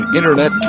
Internet